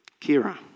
Kira